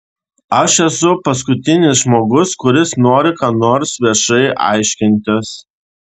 aš esu paskutinis žmogus kuris nori ką nors viešai aiškintis